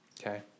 okay